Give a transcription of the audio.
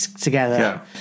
together